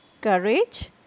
courage